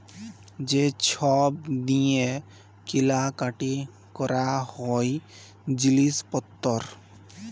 যে ছব দিঁয়ে কিলা কাটি ক্যরা হ্যয় জিলিস পত্তর